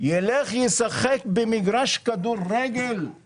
ישחק במגרש כדורגל אבל